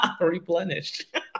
replenished